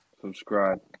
Subscribe